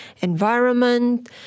environment